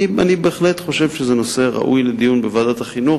אני בהחלט חושב שזה נושא ראוי לדיון בוועדת החינוך.